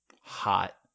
Hot